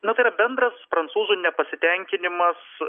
na tai yra bendras prancūzų nepasitenkinimas